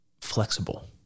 Flexible